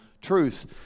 truths